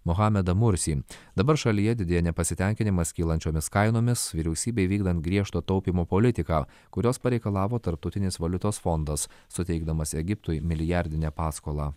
mohamedą mursį dabar šalyje didėja nepasitenkinimas kylančiomis kainomis vyriausybei vykdant griežto taupymo politiką kurios pareikalavo tarptautinis valiutos fondas suteikdamas egiptui milijardinę paskolą